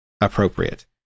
appropriate